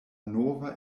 nova